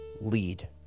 lead